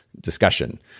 discussion